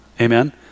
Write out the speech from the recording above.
amen